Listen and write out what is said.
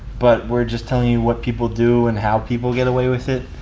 but, we're just telling you what people do and how people get away with it.